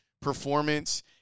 performance